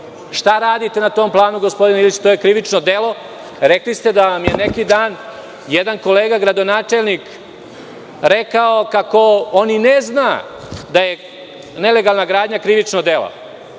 Šta radite na tom planu? To je krivično delo. Rekli ste da vam je neki dan jedan kolega gradonačelnik rekao kako on i ne zna da je nelegalna gradnja krivično delo.